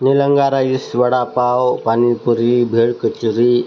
Nilanga rice vada pav panipuri भेळ kachori